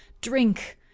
Drink